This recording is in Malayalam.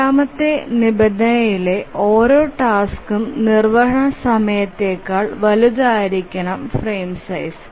രണ്ടാമത്തെ നിബന്ധനയിലെ ഓരോ ടാസ്കും നിർവ്വഹണ സമയത്തേക്കാൾ വലുതായിരിക്കണം ഫ്രെയിം സൈസ്